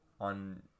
on